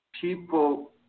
people